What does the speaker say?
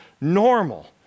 normal